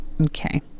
Okay